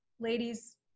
ladies